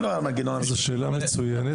זו שאלה מצוינת.